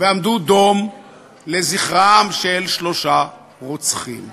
ועמדו דום לזכרם של שלושה רוצחים.